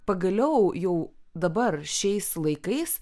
pagaliau jau dabar šiais laikais